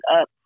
up